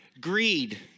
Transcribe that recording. Greed